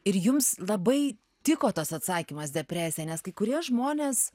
ir jums labai tiko tas atsakymas depresija nes kai kurie žmonės